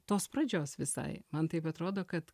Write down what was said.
tos pradžios visai man taip atrodo kad